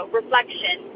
reflection